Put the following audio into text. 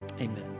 Amen